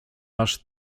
masz